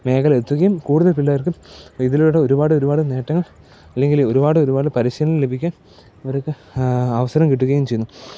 മേഖല എത്തുകയും കൂടുതൽ പിള്ളേർക്കും ഇതിലൂടെ ഒരുപാട് ഒരുപാട് നേട്ടങ്ങൾ ഇല്ലെങ്കിൽ ഒരുപാടൊരുപാട് പരിശീലനം ലഭിക്കാൻ അവർക്ക് അവസരം കിട്ടുകയും ചെയ്യുന്നു